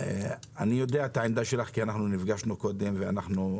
אני יודע את העמדה שלך כי נפגשנו קודם והצגנו